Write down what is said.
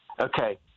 Okay